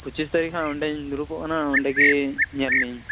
ᱯᱸᱪᱤᱥ ᱛᱟᱨᱤᱠᱷ ᱦᱟᱜ ᱚᱸᱰᱮᱧ ᱫᱩᱲᱩᱵᱚᱜ ᱠᱟᱱᱟ ᱚᱸᱰᱮᱜᱮ ᱧᱮᱞ ᱢᱤᱭᱟ ᱧ